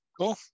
Cool